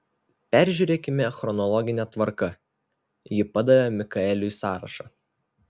peržiūrėkime chronologine tvarka ji padavė mikaeliui sąrašą